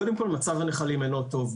קודם כל מצב הנחלים אינו טוב,